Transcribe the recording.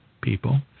people